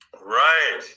right